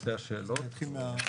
אנחנו,